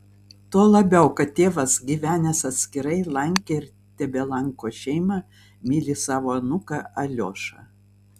tuo labiau kad tėvas gyvenęs atskirai lankė ir tebelanko šeimą myli savo anūką aliošą